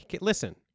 Listen